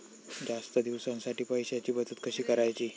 जास्त दिवसांसाठी पैशांची बचत कशी करायची?